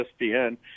ESPN